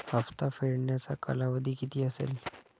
हप्ता फेडण्याचा कालावधी किती असेल?